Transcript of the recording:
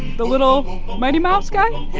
the little mighty mouse guy?